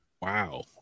Wow